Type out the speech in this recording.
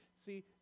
See